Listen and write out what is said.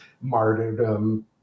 martyrdom